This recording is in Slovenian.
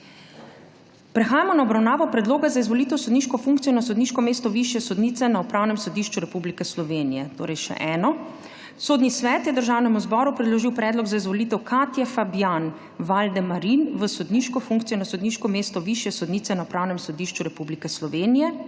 Prehajamo na obravnavo Predloga za izvolitev v sodniško funkcijo na sodniško mesto višje sodnice na Upravnem sodišču Republike Slovenije. Sodni svet je Državnemu zboru predložil predlog za izvolitev Alenke Dolinšek v sodniško funkcijo na sodniško mesto višje sodnice na Upravnem sodišču Republike Slovenije.